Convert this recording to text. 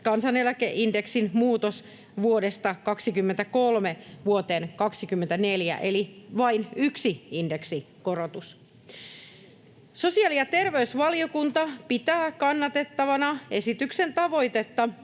kansaneläkeindeksin muutos vuodesta 23 vuoteen 24 eli vain yksi indeksikorotus. Sosiaali- ja terveysvaliokunta pitää kannatettavana esityksen tavoitetta